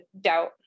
doubt